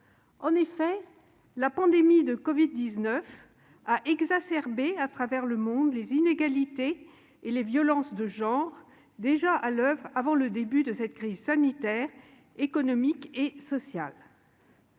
En effet, la pandémie de covid-19 a exacerbé, à travers le monde, les inégalités et les violences de genre déjà à l'oeuvre avant le début de cette crise sanitaire, économique et sociale.